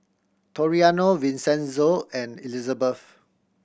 Toriano Vincenzo and Elizebeth